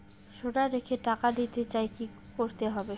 সোনা রেখে টাকা নিতে চাই কি করতে হবে?